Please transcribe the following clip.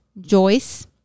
Joyce